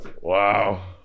wow